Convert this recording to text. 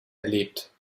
erlebt